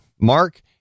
Mark